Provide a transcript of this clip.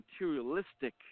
materialistic